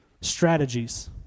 strategies